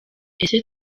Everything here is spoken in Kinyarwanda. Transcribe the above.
ese